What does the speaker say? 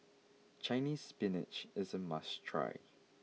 Chinese spinach is a must try